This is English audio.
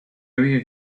area